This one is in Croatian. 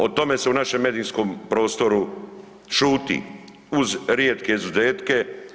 O tome se u našem medijskom prostoru šuti uz rijetke izuzetke.